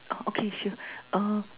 oh okay sure uh